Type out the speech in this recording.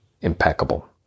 impeccable